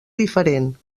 diferent